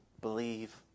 believe